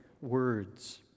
words